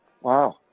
Wow